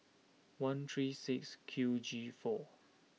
one three six Q G four